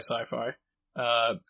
sci-fi